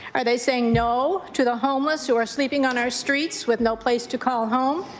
are they saying no to the homeless who are sleeping on our streets with no place to call home?